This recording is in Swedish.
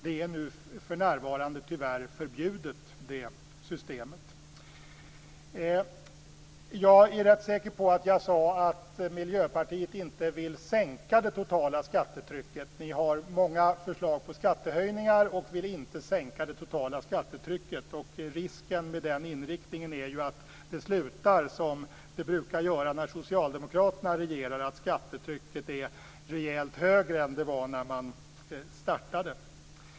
Det systemet är för närvarande tyvärr förbjudet. Jag är rätt säker på att jag sade att Miljöpartiet inte vill sänka det totala skattetrycket. Miljöpartiet har många förslag på skattehöjningar och vill inte sänka det totala skattetrycket. Risken med den inriktningen är ju att det slutar som det brukar göra när Socialdemokraterna regerar, att skattetrycket är rejält högre än det var när de startade.